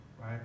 right